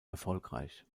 erfolgreich